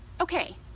Okay